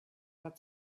had